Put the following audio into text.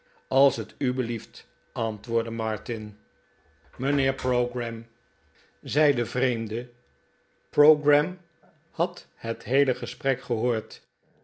als het u belieft antwoordde martin fr mijnheer pogram zei de vreemde pogram had het heele gesprek gehoord